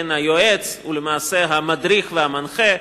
היועץ הוא למעשה המדריך והמנחה,